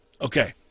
Okay